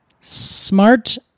Smart